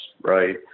right